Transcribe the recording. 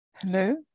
Hello